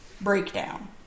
breakdown